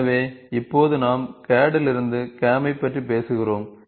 எனவே இப்போது நாம் CAD லிருந்து CAM பற்றி பேசுகிறோம்